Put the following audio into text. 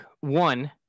one